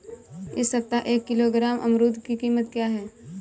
इस सप्ताह एक किलोग्राम अमरूद की कीमत क्या है?